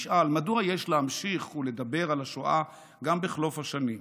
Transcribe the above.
מדוע יש להמשיך ולדבר על השואה גם בחלוף השנים.